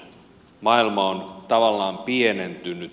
maailma on tavallaan pienentynyt